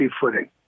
footing